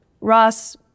Ross